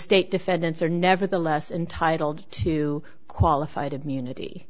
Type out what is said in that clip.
state defendants are nevertheless intitled to qualified immunity